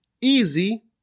easy